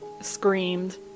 screamed